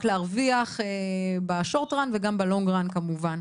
להרוויח ב- short run וגם ב- long run כמובן.